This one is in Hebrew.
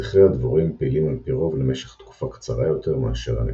זכרי הדבורים פעילים על-פי רוב למשך תקופה קצרה יותר מאשר הנקבות.